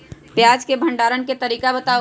प्याज के भंडारण के तरीका बताऊ?